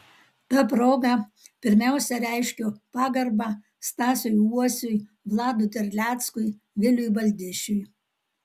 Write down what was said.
ta proga pirmiausia reiškiu pagarbą stasiui uosiui vladui terleckui viliui baldišiui